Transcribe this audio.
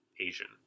asian